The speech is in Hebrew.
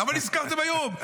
למה נזכרתם היום?